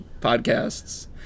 Podcasts